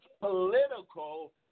political